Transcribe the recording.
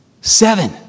seven